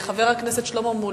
חבר הכנסת שלמה מולה,